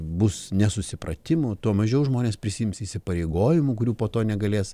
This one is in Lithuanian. bus nesusipratimų tuo mažiau žmonės prisiims įsipareigojimų kurių po to negalės